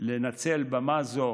לנצל במה זו